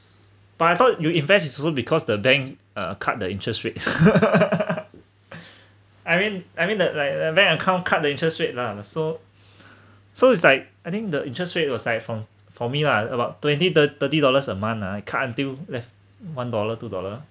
but I thought you invest is also because the bank uh cut the interest rate I mean I mean the like like bank account cut the interest rate lah so so it's like I think the interest rate it was like it's like for for me lah about twenty thir~ thirty dollars a month ah I cut until left one dollar two dollar